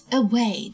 away